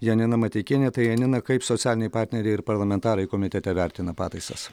janina mateikienė tai janina kaip socialiniai partneriai ir parlamentarai komitete vertina pataisas